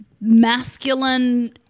masculine